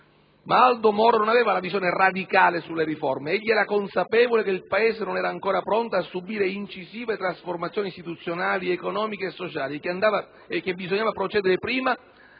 Aldo Moro, però, non aveva la visione radicale sulle riforme; egli era consapevole che il Paese non era ancora pronto a subire incisive trasformazioni istituzionali, economiche e sociali e che bisognava procedere prima